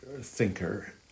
thinker